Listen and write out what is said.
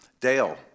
Dale